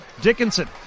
Dickinson